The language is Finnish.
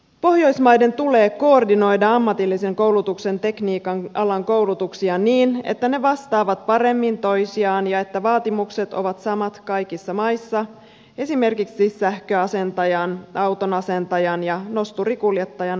pohjoismaiden tulee koordinoida ammatillisen koulutuksen tekniikan alan koulutuksia niin että ne vastaavat paremmin toisiaan ja että vaatimukset ovat samat kaikissa maissa esimerkiksi sähköasentajan autoasentajan ja nosturinkuljettajan ammateissa